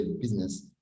business